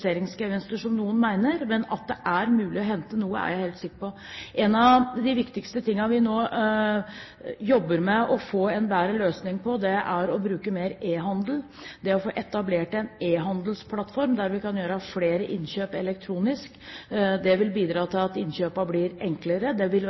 som noen mener, men at det er mulig å hente noe, er jeg helt sikker på. En av de viktigste tingene vi nå jobber med å få en bedre løsning på, er å bruke mer e-handel. Det å få etablert en e-handelsplattform der vi kan gjøre flere innkjøp elektronisk, vil bidra